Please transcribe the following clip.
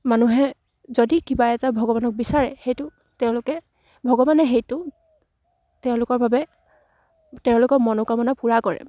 মানুহে যদি কিবা এটা ভগৱানক বিচাৰে সেইটো তেওঁলোকে ভগৱানে সেইটো তেওঁলোকৰ বাবে তেওঁলোকৰ মনোকামনা পূৰা কৰে